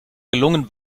gelungen